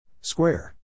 Square